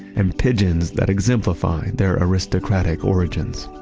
and pigeons that exemplify their aristocratic origins.